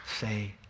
say